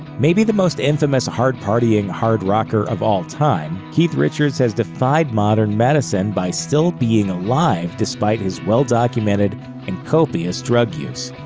maybe the most infamous hard partying hard rocker of all time, keith richards has defied modern medicine by still being alive despite his well-documented and copious drug use.